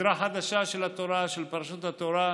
סדרה חדשה של התורה, של פרשות התורה,